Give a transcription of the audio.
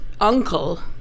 uncle